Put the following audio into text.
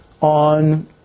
on